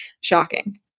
Shocking